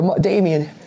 Damien